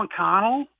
McConnell